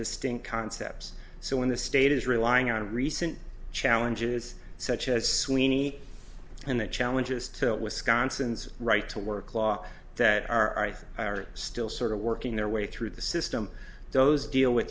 distinct concepts so when the state is relying on recent challenges such as sweeney and the challenges to wisconsin's right to work law that are still sort of working their way through the system those deal with